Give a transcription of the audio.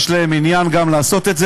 יש להם עניין גם לעשות את זה.